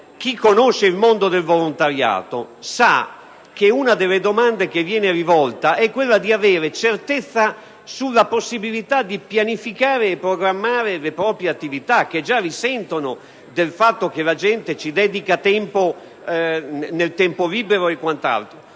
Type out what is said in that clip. Chi conosce il mondo del volontariato sa che una delle domande che viene rivolta è quella di avere certezza sulla possibilità di pianificare e programmare le proprie attività, che già risentono della circostanza che le persone vi